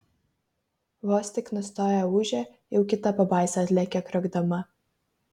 vos tik nustoja ūžę jau kita pabaisa atlekia kriokdama